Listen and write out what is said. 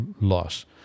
loss